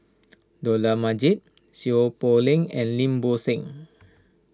Dollah Majid Seow Poh Leng and Lim Bo Seng